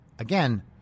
Again